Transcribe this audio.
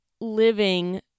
living